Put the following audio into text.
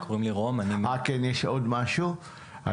שמי רום בר-אב --- רק יש לי עוד משהו לומר שארצה שתתייחס,